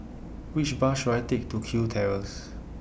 Which Bus should I Take to Kew Terrace